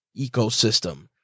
ecosystem